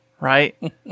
right